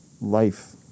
life